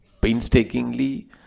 painstakingly